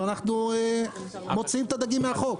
ואנחנו מוציאים את הדגים מהחוק.